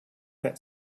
that